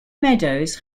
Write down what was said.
meadows